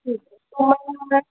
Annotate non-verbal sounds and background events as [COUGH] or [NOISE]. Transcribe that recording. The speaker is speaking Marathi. ठीक आहे [UNINTELLIGIBLE]